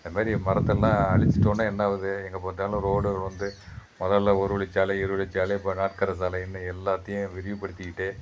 அதுமாரி மரத்தலாம் அழிச்சிட்டோம்னா என்ன ஆகுது எங்கே பார்த்தாலும் ரோடு வந்து முதல்ல ஒரு வழி சாலை இருவழி சாலை இப்போ நாற்கர சாலைன்னு எல்லாத்தேயும் விரிவுப்படுத்திக்கிட்டே